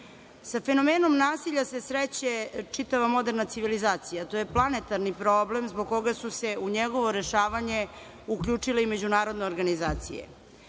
fenomenom nasilja se sreće čitava moderna civilizacija. To je planetarni problem zbog koga su se u njegovo rešavanje uključile i međunarodne organizacije.